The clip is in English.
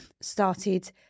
started